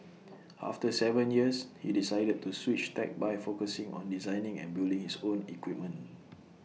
after Seven years he decided to switch tack by focusing on designing and building his own equipment